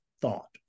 thought